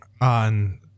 on